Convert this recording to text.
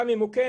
גם אם הוא כן,